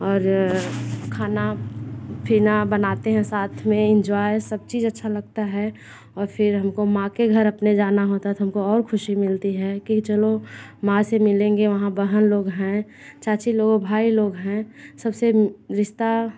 और खाना पीना बनाते है साथ मे इन्जॉय सब चीज अच्छा लगता है और फिर हमको माँ के घर अपने जाना होता था तो हमको और ख़ुशी मिलती है की चलो माँ से मिल लेंगे वहाँ बहन लोग हैं चाची लोग भाई लोग हैं सबसे रिश्ता